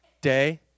day